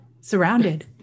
surrounded